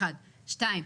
דבר שני,